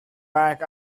back